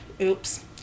Oops